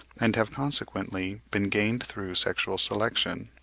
and have consequently been gained through sexual selection.